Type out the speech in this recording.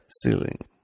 ceiling